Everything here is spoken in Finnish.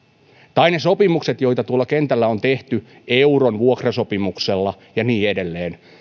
tai ne sopimukset joita tuolla kentällä on tehty euron vuokrasopimuksella ja niin edelleen